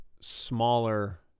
smaller